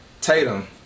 Tatum